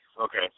Okay